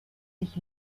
sich